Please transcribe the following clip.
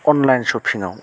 online सपिङाव